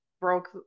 broke